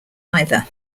either